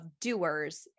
doers